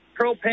propane